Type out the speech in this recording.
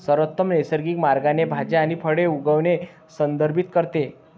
सर्वोत्तम नैसर्गिक मार्गाने भाज्या आणि फळे उगवणे संदर्भित करते